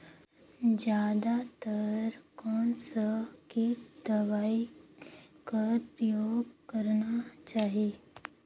जादा तर कोन स किट दवाई कर प्रयोग करना चाही?